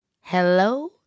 Hello